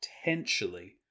potentially